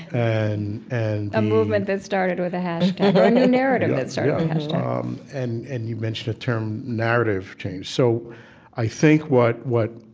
and and a movement that started with a hashtag or a new narrative that started with a hashtag um and and you mentioned a term, narrative change. so i think what what